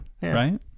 right